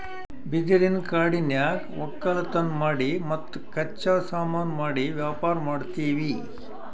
ಬಿದಿರಿನ್ ಕಾಡನ್ಯಾಗ್ ವಕ್ಕಲತನ್ ಮಾಡಿ ಮತ್ತ್ ಕಚ್ಚಾ ಸಾಮಾನು ಮಾಡಿ ವ್ಯಾಪಾರ್ ಮಾಡ್ತೀವಿ